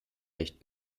recht